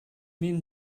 mean